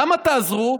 למה תעזרו?